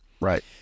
right